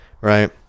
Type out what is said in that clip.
right